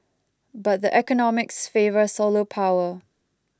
but the economics favour solar power